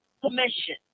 Commission